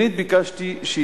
שנית, ביקשתי,